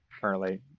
currently